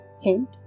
hint